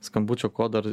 skambučio kodą ir